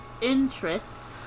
interest